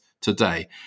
today